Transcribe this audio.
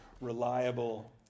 reliable